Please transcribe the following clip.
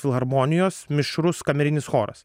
filharmonijos mišrus kamerinis choras